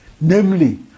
namely